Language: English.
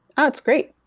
ah it's great,